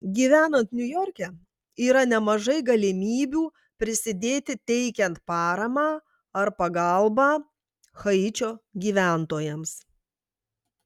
gyvenant niujorke yra nemažai galimybių prisidėti teikiant paramą ar pagalbą haičio gyventojams